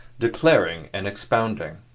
declaring and expounding.